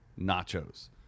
Nachos